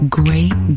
great